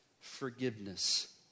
forgiveness